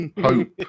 hope